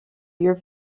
your